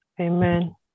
Amen